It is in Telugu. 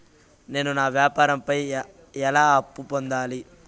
నేను నా వ్యాపారం పై ఎలా అప్పు పొందాలి?